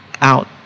out